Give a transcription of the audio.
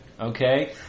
Okay